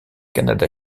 canada